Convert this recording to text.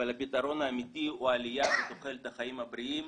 אבל הפתרון האמיתי הוא עלייה בתוחלת החיים הבריאים